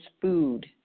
food